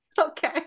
okay